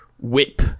whip